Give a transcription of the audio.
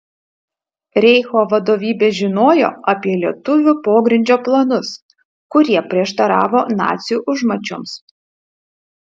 reicho vadovybė žinojo apie lietuvių pogrindžio planus kurie prieštaravo nacių užmačioms